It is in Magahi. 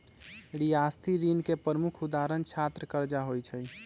रियायती ऋण के प्रमुख उदाहरण छात्र करजा होइ छइ